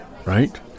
Right